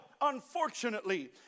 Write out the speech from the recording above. unfortunately